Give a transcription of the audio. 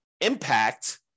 impact